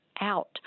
out